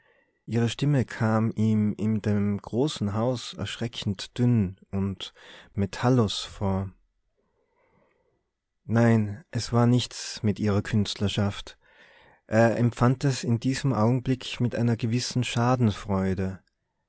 ihre stimme kam ihm in dem großen haus erschreckend dünn und metallos vor nein es war nichts mit ihrer künstlerschaft er empfand es in diesem augenblick mit einer gewissen schadenfreude